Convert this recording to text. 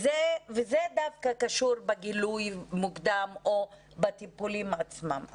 זה קשור בגילוי מוקדם או בטיפולים עצמם.